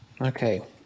Okay